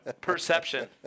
Perception